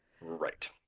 Right